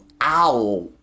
owl